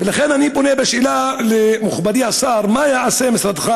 ולכן אני פונה בשאלה למכובדי השר: מה יעשה משרדך